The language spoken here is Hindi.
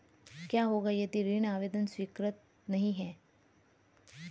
क्या होगा यदि ऋण आवेदन स्वीकृत नहीं है?